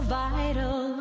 vital